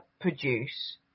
produce